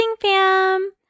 fam